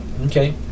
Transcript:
okay